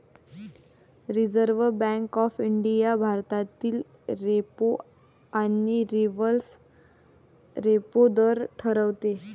reserve bank of India भारतातील repo आणि reverse repo दर ठरवते